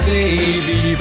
baby